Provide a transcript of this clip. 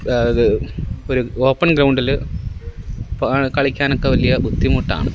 അത് ഒരു ഓപ്പൺ ഗ്രൗണ്ടിൽ കളിക്കാനൊക്കെ വലിയ ബുദ്ധിമുട്ടാണ്